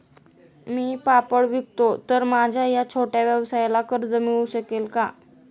मी पापड विकतो तर माझ्या या छोट्या व्यवसायाला कर्ज मिळू शकेल का?